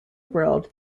world